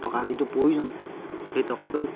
টকা যিটো প্ৰয়োজন সেই টকাটো